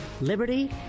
Liberty